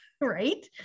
right